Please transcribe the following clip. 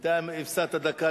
בינתיים הפסדת דקה.